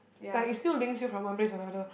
like it still links you from one place to another